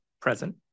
Present